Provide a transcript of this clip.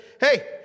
hey